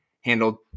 handled